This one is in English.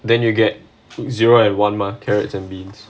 then you get to zero and one mah carrots and beans